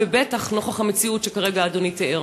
ובטח נוכח המציאות שכרגע אדוני תיאר?